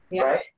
right